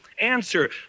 Answer